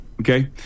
Okay